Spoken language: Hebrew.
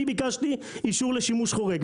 אני ביקשתי אישור לשימוש חורג,